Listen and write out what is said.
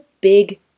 big